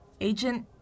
Agent